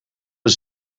een